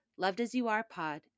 lovedasyouarepod